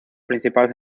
principal